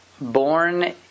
born